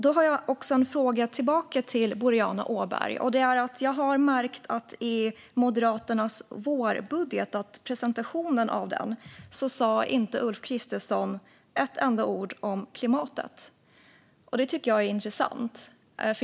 Då har jag också en fråga tillbaka till Boriana Åberg. Jag märkte att Ulf Kristersson i presentationen av Moderaternas vårbudget inte sa ett enda ord om klimatet. Det tycker jag är intressant.